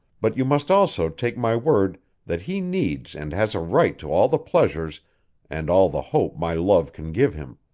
but you must also take my word that he needs and has a right to all the pleasure and all the hope my love can give him.